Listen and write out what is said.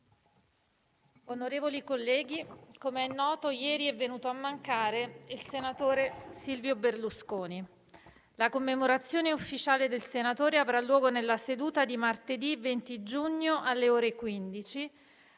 Onorevoli colleghi, come è noto, ieri è venuto a mancare il senatore Silvio Berlusconi. La commemorazione ufficiale del senatore avrà luogo nella seduta di martedì 20 giugno, alle ore 15,